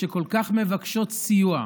שכל כך מבקשות סיוע.